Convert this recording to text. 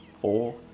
four